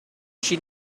she